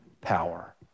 power